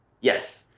Yes